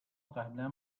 قبلا